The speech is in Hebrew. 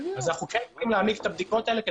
שם אנחנו כן צריכים להעמיק את הבדיקות האלה כי